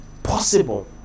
Possible